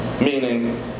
meaning